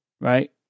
right